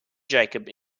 jacob